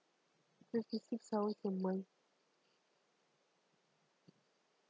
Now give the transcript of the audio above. fifty six hours a month